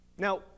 Now